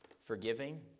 forgiving